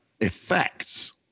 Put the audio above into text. effects